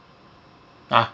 ah